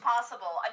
possible